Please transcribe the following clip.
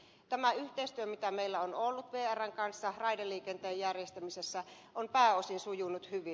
tämä yhteistyö mitä meillä on ollut vrn kanssa raideliikenteen järjestämisessä on pääosin sujunut hyvin